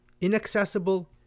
inaccessible